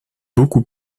beaucoup